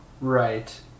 Right